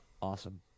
Awesome